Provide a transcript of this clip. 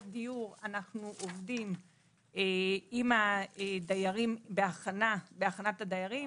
דיור עובדים עם הדיירים בהכנת הדיירים,